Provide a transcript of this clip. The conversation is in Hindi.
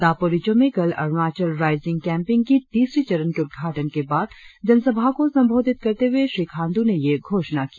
दापोरिजों में कल अरुणाचल राईजिंग कैम्पिग की तीसरी चरण के उद्घाटन के बाद जनसभा को संबोधित करते हुए श्री खांडू ने यह घोषणा की